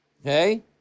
Okay